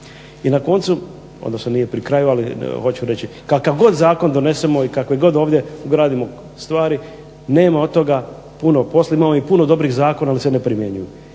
I na koncu odnosno nije pri kraju, ali hoću reći kakav god zakon donesemo i kakve god ovdje ugradimo stvari nema od toga puno posla. Imamo mi puno dobrih zakona ali se ne primjenjuju.